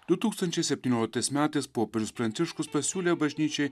du tūkstančiai septynioliktais metais popiežius pranciškus pasiūlė bažnyčiai